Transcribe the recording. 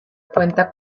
cuenta